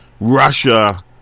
Russia